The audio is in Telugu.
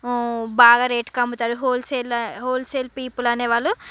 బాగా రేటుకి అమ్ముతారు హోల్సేల్ హోల్సేల్ పీపుల్ అనేవాళ్ళు